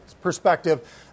perspective